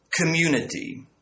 community